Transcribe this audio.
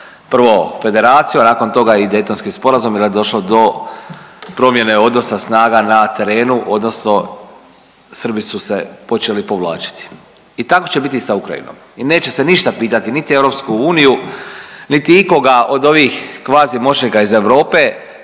prvo federaciju, a nakon toga i Dejtonski sporazum jer je došlo do promjene odnosa snaga na terenu odnosno Srbi su se počeli povlačiti. I tako će biti sa Ukrajinom i neće se ništa pitati niti EU niti ikoga od ovih kvazimoćnika iz Europe